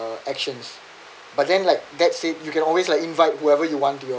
actions but then like that said you can always like invite whoever you want to your